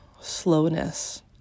slowness